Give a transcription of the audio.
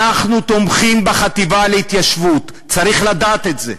אנחנו תומכים בחטיבה להתיישבות, צריך לדעת את זה,